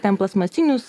ten į plastmasinius